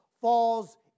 falls